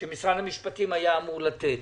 שמשרד המשפטים היה אמור לתת.